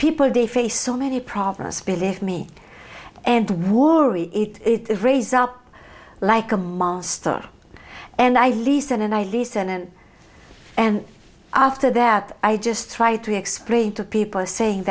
people they face so many problems believe me and warry it raise up like a monster and i listen and i listen and and after that i just try to explain to people saying